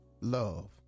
Love